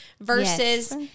versus